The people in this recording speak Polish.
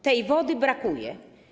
Tej wody brakuje.